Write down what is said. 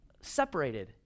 separated